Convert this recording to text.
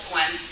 one